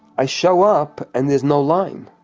i show up and there's no line,